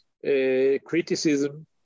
criticism